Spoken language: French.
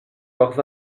leurs